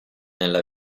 nella